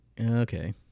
okay